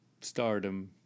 stardom